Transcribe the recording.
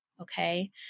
okay